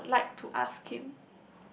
and I would like to ask him